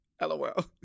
LOL